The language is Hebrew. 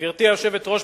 גברתי היושבת-ראש,